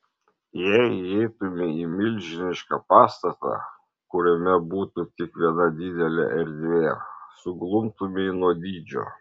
jei įeitumei į milžinišką pastatą kuriame būtų tik viena didelė erdvė suglumtumei nuo dydžio